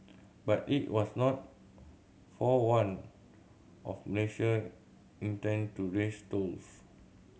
but it was not forewarned of Malaysia intent to raise tolls